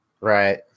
Right